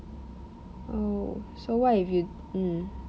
oh so what if you mm